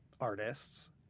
artists